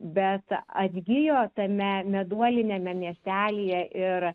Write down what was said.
bet atgijo tame meduoline miestelyje ir